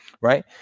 right